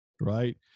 right